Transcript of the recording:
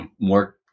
more